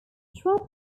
trappers